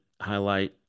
highlight